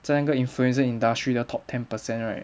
在那个 influencer industry the top ten percent right